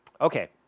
Okay